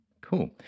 Cool